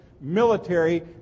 military